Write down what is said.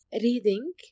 reading